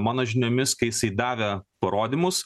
mano žiniomis kai jisai davė parodymus